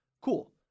Cool